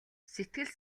сэтгэл